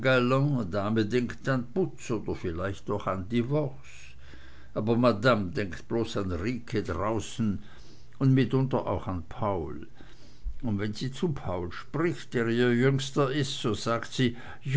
an divorons aber madamm denkt bloß an rike draußen und mitunter auch an paul und wenn sie zu paul spricht der ihr jüngster ist so sagt sie